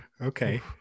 okay